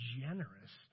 generous